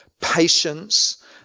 patience